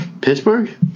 Pittsburgh